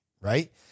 right